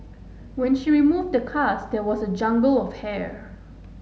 when she removed the cast there was a jungle of hair